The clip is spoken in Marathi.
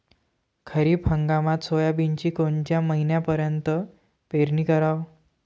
खरीप हंगामात सोयाबीनची कोनच्या महिन्यापर्यंत पेरनी कराव?